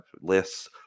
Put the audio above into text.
lists